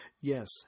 Yes